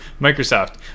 microsoft